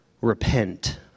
repent